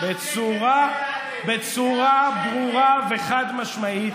בצורה ברורה וחד-משמעית,